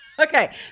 Okay